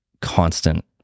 constant